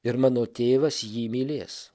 ir mano tėvas jį mylės